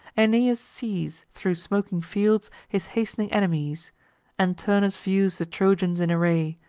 aeneas sees, thro' smoking fields, his hast'ning enemies and turnus views the trojans in array,